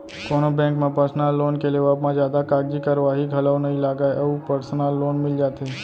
कोनो बेंक म personal loan के लेवब म जादा कागजी कारवाही घलौ नइ लगय अउ परसनल लोन मिल जाथे